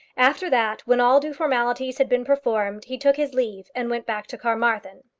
after that, when all due formalities had been performed, he took his leave, and went back to carmarthen.